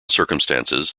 circumstances